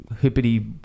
hippity